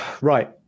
Right